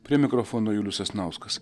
prie mikrofono julius sasnauskas